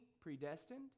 predestined